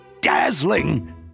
dazzling